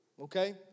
Okay